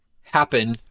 Happen